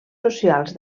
socials